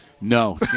no